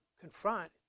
confront